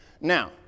Now